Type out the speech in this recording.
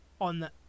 on